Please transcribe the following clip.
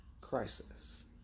crisis